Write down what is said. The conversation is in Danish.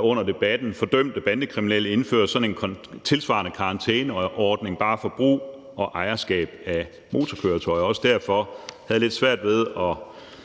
under debatten – for dømte bandekriminelle at indføre sådan en tilsvarende karantæneordning bare for brug og ejerskab af motorkøretøjer. Det er også derfor, jeg havde lidt svært ved at